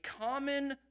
common